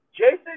Jason